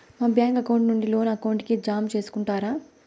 మా bank account నుండి loan account కి జామ సేసుకుంటారా?